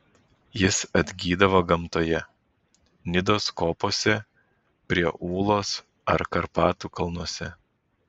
jis atgydavo gamtoje nidos kopose prie ūlos ar karpatų kalnuose